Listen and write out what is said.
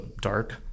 dark